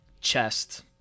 chest